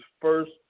first